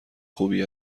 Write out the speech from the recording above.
خوبی